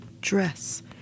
dress